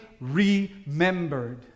remembered